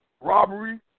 robbery